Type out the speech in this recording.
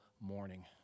morning